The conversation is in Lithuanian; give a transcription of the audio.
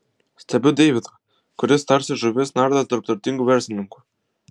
stebiu deividą kuris tarsi žuvis nardo tarp turtingų verslininkų